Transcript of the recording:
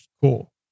cool